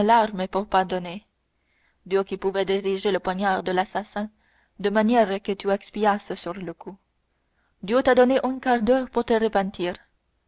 larme pour pardonner dieu qui pouvait diriger le poignard de l'assassin de manière que tu expirasses sur le coup dieu t'a donné un quart d'heure pour te